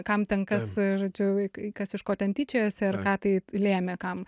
kam ten kas žodžiu kas iš ko ten tyčiojosi ir ką tai lėmė kam